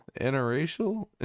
Interracial